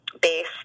base